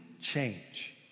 change